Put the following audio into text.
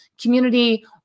community